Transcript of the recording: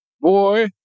Boy